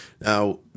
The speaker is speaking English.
Now